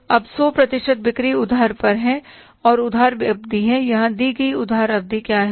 अब 100 प्रतिशत बिक्री उधार पर है और उधार अवधि है यहां दी गई उधार अवधि क्या है